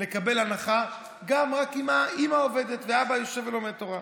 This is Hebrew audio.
לקבל הנחה גם אם רק האימא עובדת והאבא יושב ולומד תורה.